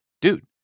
dude